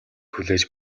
хүлээж